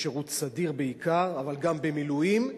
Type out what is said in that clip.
בשירות סדיר בעיקר, אבל גם במילואים,